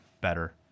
better